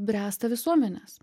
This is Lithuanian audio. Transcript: bręsta visuomenės